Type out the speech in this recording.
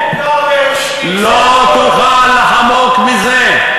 לא תוכל לחמוק מזה.